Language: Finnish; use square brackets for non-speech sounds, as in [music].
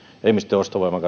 ja ihmisten ostovoiman [unintelligible]